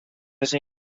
che